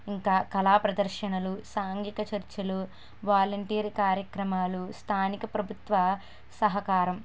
ఇంకా కళా ప్రదర్శనలు సాంఘిక చర్చలు వాలంటీరు కార్యక్రమాలు స్థానిక ప్రభుత్వ సహకారం